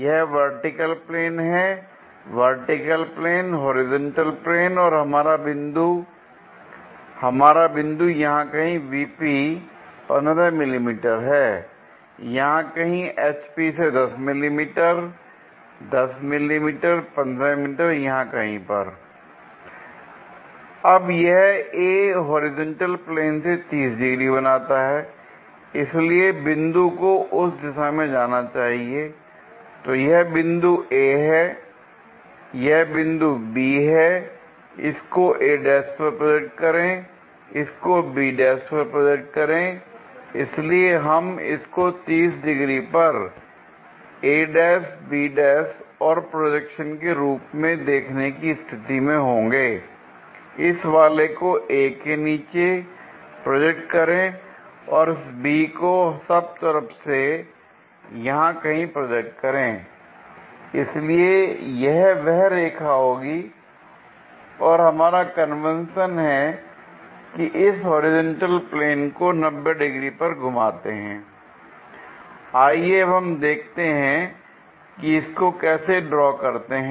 यह vertical plane है vertical plane horizontal plane और हमारा बिंदु हमारा बिंदु यहां कहीं VP 15 मिमी है और यहां कहीं HP से 10 मिमी 10 मिमी 15 मिमी यहां कहीं पर l अब यह A होरिजेंटल प्लेन से 30 डिग्री बनाता है इसलिए बिंदु को उस दिशा में जाना चाहिए l तो यह बिंदु A है यह बिंदु B है इसको a' पर प्रोजेक्ट करें उसको b' पर प्रोजेक्ट करें l इसलिए हम इसको 30 डिग्री पर a' b' और प्रोजेक्शन के रूप में देखने की स्थिति में होंगे l इस वाले A को नीचे प्रोजेक्ट करें और इस B को सब तरह से यहां कहीं प्रोजेक्ट करें l इसलिए यह वह रेखा होगी और हमारा कन्वेंशन है कि इस होरिजेंटल प्लेन को 90 डिग्री पर घुमाते हैं l आइए अब हम देखते हैं कि इसको कैसे ड्रॉ करते हैं